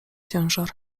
ciężar